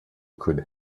could